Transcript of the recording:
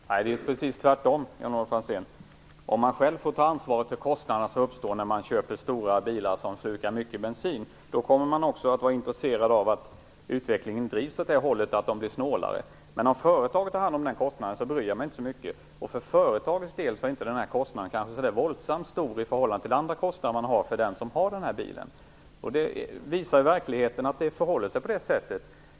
Herr talman! Nej, det är precis tvärtom, Jan-Olof Franzén. Om man själv får ta ansvar för de kostnader som uppstår när man köper stora bilar som slukar mycket bensin, kommer man också att vara intresserad av att utvecklingen drivs mot bränslesnålare bilar. Men om företaget tar hand om kostnaden, bryr jag mig inte så mycket. För företagets del är kanske inte kostnaden så där våldsamt stor i förhållande till andra kostnader som företaget har för den som har denna bil. Verkligheten visar att det förhåller sig på det sättet.